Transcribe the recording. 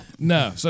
No